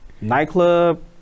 Nightclub